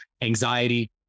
anxiety